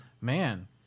Man